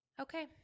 okay